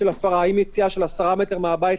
ברור לכולנו שההגנה היותר טובה והיותר מוצלחת,